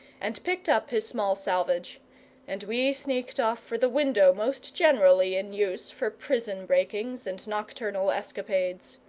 and picked up his small salvage and we sneaked off for the window most generally in use for prison-breakings and nocturnal escapades.